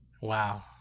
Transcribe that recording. Wow